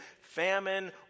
famine